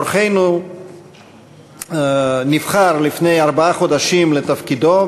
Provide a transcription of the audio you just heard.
אורחנו נבחר לפני ארבעה חודשים לתפקידו,